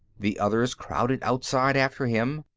the others crowded outside after him.